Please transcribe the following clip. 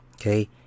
okay